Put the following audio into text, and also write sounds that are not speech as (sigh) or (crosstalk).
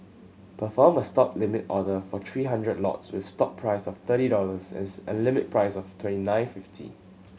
perform a Stop limit order for three hundred lots with stop price of thirty dollars and (unintelligible) and limit price of twenty nine fifty